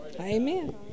Amen